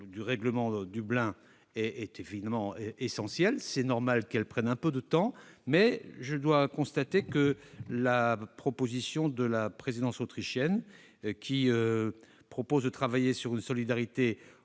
du règlement Dublin est évidemment essentielle ; il est normal qu'elle prenne un peu de temps, mais je dois constater que la présidence autrichienne, en proposant de travailler sur une solidarité